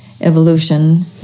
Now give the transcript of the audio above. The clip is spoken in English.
evolution